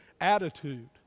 attitude